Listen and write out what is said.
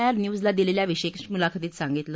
R न्यूजला दिलेल्या विशेष मुलाखतीत सांगितलं